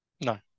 No